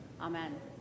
amen